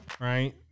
right